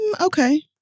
okay